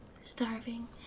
starving